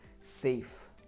safe